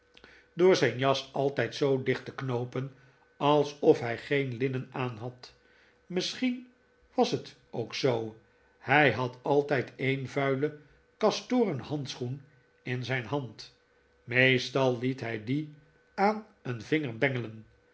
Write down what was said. zijn jas altijd zoo dicht te knoopen alsof hij geen linnen aanhad misschien was het ook zoo hij had altijd een vuilen kastoren handschoen in zijn hand meestal liet hij dien aan een vinger bengelen